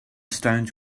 stones